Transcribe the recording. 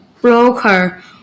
broker